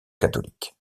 catholique